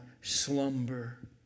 slumber